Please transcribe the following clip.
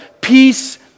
peace